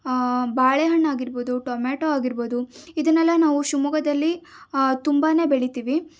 ಬಾಳೆಹಣ್ಣಾಗಿರ್ಬೋದು tomato ಆಗಿರ್ಬೋದು ಇದನ್ನೆಲ್ಲ ನಾವು ಶಿವಮೊಗ್ಗದಲ್ಲಿ ತುಂಬ ಬೆಳಿತೀವಿ